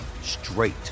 straight